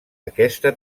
aquesta